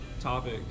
topic